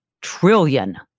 trillion